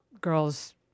girls